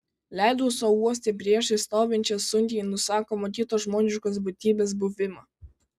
leidau sau uosti priešais stovinčią sunkiai nusakomą kitos žmogiškos būtybės buvimą